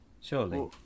surely